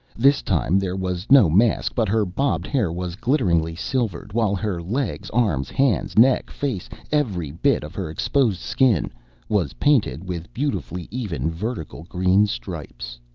this time there was no mask, but her bobbed hair was glitteringly silvered, while her legs, arms, hands, neck, face every bit of her exposed skin was painted with beautifully even vertical green stripes.